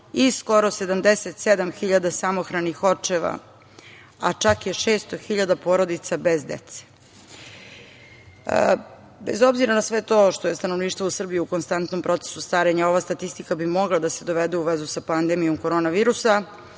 i skoro 77.000 samohranih očeva, a čak je 600.000 porodica bez dece. Bez obzira na sve to što je stanovništvo u Srbiji u konstantnom procesu starenja, ova statistika bi mogla da se dovede u vezu sa pandemijom korona virusa